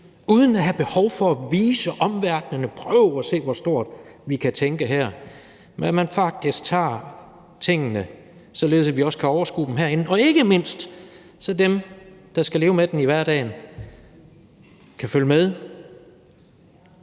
uden at have behov for at sige til omverdenen: Prøv at se, hvor stort vi kan tænke. Det vil sige, at man faktisk tager tingene på en måde, så vi også kan overskue dem herinde, og så ikke mindst dem, der skal leve med det i hverdagen, kan følge med,